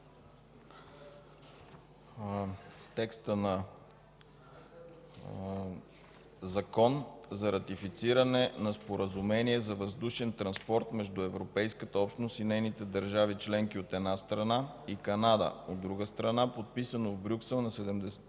КАРАДЖОВ: „ЗАКОН за ратифициране на Споразумение за въздушен транспорт между Европейската общност и нейните държави членки, от една страна, и Канада, от друга страна, подписано в Брюксел на 17